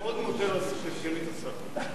אני מאוד מודה לסגנית השר.